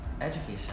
Education